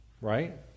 right